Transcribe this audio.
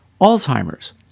Alzheimer's